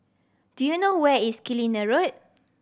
do you know where is Killiney Road